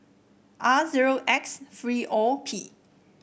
R zero X three O P